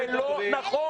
זה לא נכון.